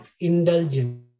indulgence